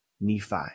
Nephi